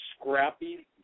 scrappy